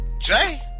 Jay